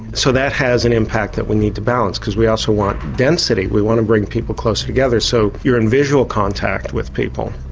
so that has an impact that we need to balance, because we also want density, we want to bring people closer together, so you're in visual contact with people.